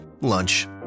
lunch